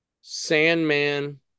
Sandman